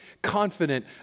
confident